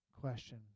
question